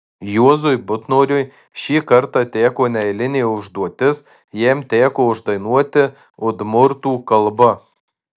juozui butnoriui šį kartą teko neeilinė užduotis jam teko uždainuoti udmurtų kalba